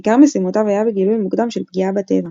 עיקר משימותיו היה בגילוי מוקדם של פגיעה בטבע,